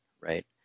right